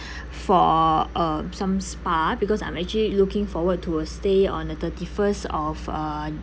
for uh some spa because I'm actually looking forward to a stay on the thirty first of uh